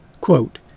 Quote